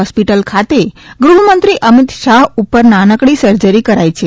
hospital ખાતે ગ્રહમંત્રી અમિત શાહ ઉપર નાનકડી સર્જરી કરાઇ છે